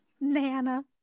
nana